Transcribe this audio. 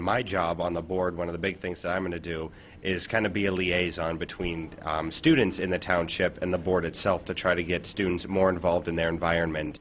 my job on the board one of the big things i'm going to do is kind of be a liaison between students in the township and the board itself to try to get students more involved in their environment